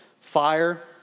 fire